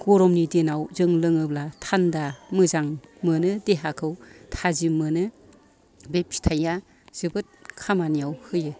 गरमनि दिनाव जों लोङोब्ला थानदा मोजां मोनो देहाखौ थाजिम मोनो बे फिथाइआ जोबोद खामानिआव होयो